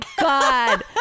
god